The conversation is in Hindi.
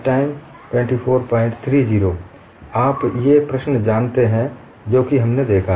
आप ये सभी प्रश्न जानते हैं जो कि हमने देखा है